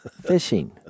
fishing